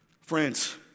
Friends